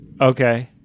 okay